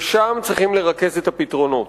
ושם צריכים לרכז את הפתרונות.